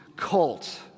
cult